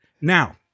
now